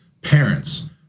parents